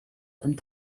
and